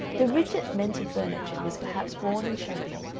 the widgett mental furniture was perhaps worn and shabby,